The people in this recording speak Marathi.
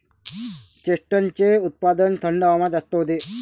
चेस्टनटचे उत्पादन थंड हवामानात जास्त होते